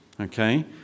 okay